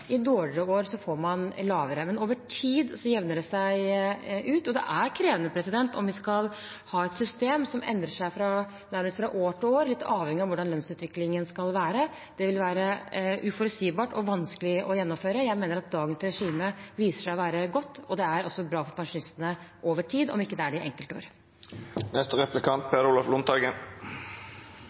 i dårlige år får man lavere, men over tid jevner det seg ut. Det ville være krevende å ha et system som endrer seg nærmest fra år til år, litt avhengig av hvordan lønnsutviklingen skal være. Det ville være uforutsigbart og vanskelig å gjennomføre. Jeg mener at dagens regime viser seg å være godt, og det er altså bra for pensjonistene over tid, om ikke det er